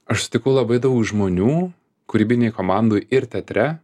aš sutikau labai daug žmonių kūrybinėj komandoj ir teatre